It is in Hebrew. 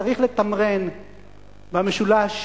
צריך לתמרן במשולש